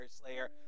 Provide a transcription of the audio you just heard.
Slayer